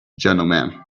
gentlemen